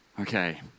Okay